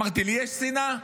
אמרתי: לי יש שנאה?